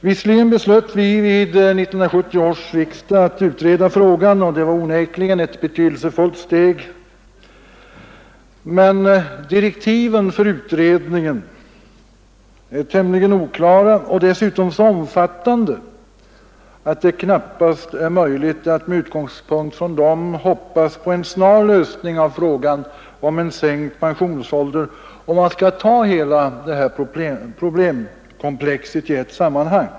Visserligen beslöt vi vid 1970 års riksdag att utreda frågan, och det var onekligen ett betydelsefullt steg, men direktiven för utredningen är tämligen oklara och dessutom så omfattande, att det knappast är möjligt att med utgångspunkt i dem hoppas på en snar lösning av frågan om en sänkt pensionsålder, om man skall ta hela problemkomplexet i ett sammanhang.